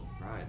right